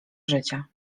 życia